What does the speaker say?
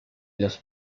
los